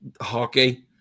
hockey